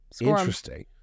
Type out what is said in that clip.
interesting